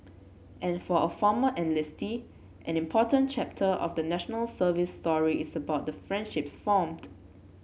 and for a former enlistee an important chapter of the National Service story is about the friendships formed